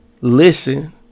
listen